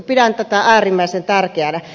pidän tätä äärimmäisen tärkeänä